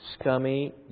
scummy